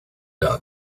done